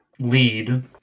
Lead